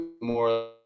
more